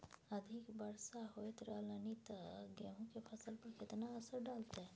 अधिक वर्षा होयत रहलनि ते गेहूँ के फसल पर केतना असर डालतै?